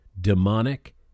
demonic